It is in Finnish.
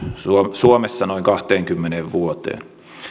suomessa noin kahteenkymmeneen vuoteen